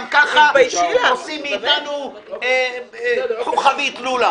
הכנסת גם ככה עושים מאתנו חוכא ואטלולא.